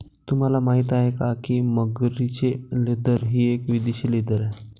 तुम्हाला माहिती आहे का की मगरीचे लेदर हे एक विदेशी लेदर आहे